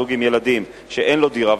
זוג עם ילדים שאין לו דירה,